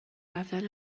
رفتن